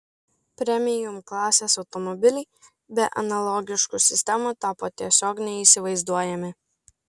premium klasės automobiliai be analogiškų sistemų tapo tiesiog neįsivaizduojami